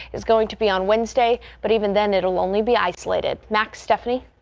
it's going to be on wednesday. but even then it will only be isolated back stephanie.